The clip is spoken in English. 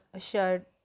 shared